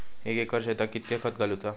एक एकर शेताक कीतक्या खत घालूचा?